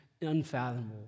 unfathomable